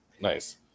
Nice